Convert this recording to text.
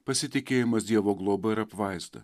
pasitikėjimas dievo globa ir apvaizda